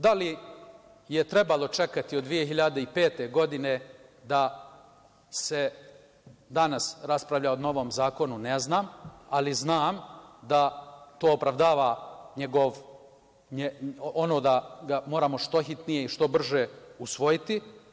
Da li je trebalo čekati od 2005. godine da se danas raspravlja o novom zakonu, ne znam, ali znam da to opravdava da ga moramo što hitnije i što brže usvojiti.